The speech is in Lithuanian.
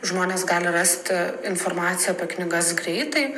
žmonės gali rasti informaciją apie knygas greitai